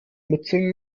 mitsingen